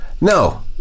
no